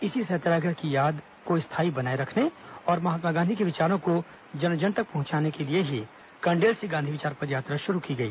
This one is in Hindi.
इसी सत्याग्रह की याद को स्थायी बनाने और महात्मा गांधी के विचारों को जन जन तक पहुंचाने के लिए ही कंडेल से गांधी विचार पदयात्रा शुरू की गई